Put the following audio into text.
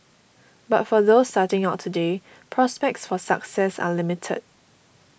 but for those starting out today prospects for success are limited